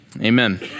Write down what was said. amen